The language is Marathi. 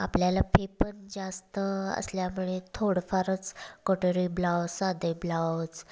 आपल्याला फी पण जास्त असल्यामुळे थोडंफारच कटोरी ब्लाऊज साधे ब्लाऊज